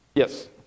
Yes